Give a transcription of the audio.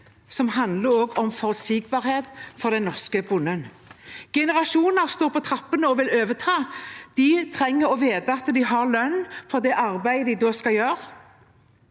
også handler om forutsigbarhet for den norske bonden. Generasjoner står på trappene og vil overta. De trenger å vite at de har lønn for det arbeidet de da skal gjøre.